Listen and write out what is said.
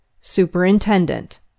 Superintendent